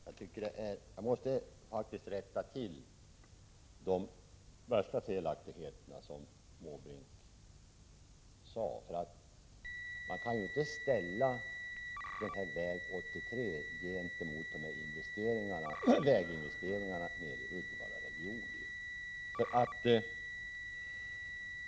Herr talman! Jag måste faktiskt rätta till de värsta felaktigheterna i Bertil Måbrinks anförande. Man kan inte ställa väg 83 mot väginvesteringarna i Uddevallaregionen.